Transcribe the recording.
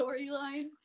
storyline